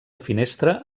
finestra